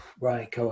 right